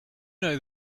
know